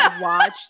watch